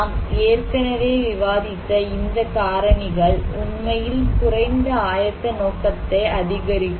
நாம் ஏற்கனவே விவாதித்த இந்த காரணிகள் உண்மையில் குறைந்த ஆயத்த நோக்கத்தை அதிகரிக்கும்